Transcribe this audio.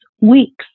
weeks